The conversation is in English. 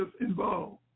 involved